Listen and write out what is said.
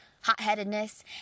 hot-headedness